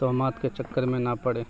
تہمات کے چکر میں نہ پڑے